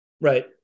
Right